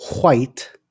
white